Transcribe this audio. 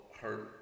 hurt